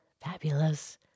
Fabulous